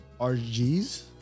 RGs